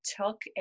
took